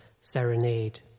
serenade